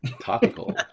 topical